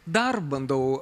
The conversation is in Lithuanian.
dar bandau